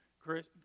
Chris